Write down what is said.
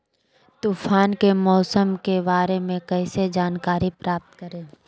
तूफान के मौसम के बारे में कैसे जानकारी प्राप्त करें?